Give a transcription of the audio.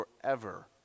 forever